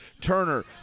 Turner